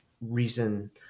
reason